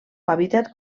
hàbitat